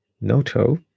Noto